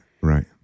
right